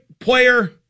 player